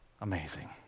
Amazing